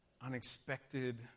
unexpected